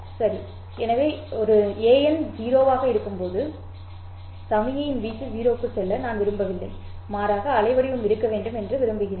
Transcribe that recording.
சரி எனவே ஒரு an 0 ஆக இருக்கும்போது சமிக்ஞையின் வீச்சு 0 க்குச் செல்ல நான் விரும்பவில்லை மாறாக அலைவடிவம் இருக்க வேண்டும் என்று விரும்புகிறேன்